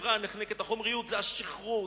לחברה הנחנקת" החומריות זה השכרות,